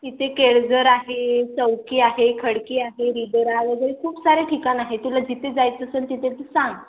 इथे केळझर आहे चौकी आहे खडकी आहे खूप सारे ठिकाण आहे तुला जिथे जायचं असेल तिथे तू सांग